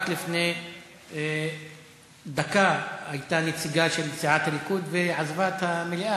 רק לפני דקה הייתה נציגה של סיעת הליכוד והיא עזבה את המליאה,